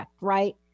right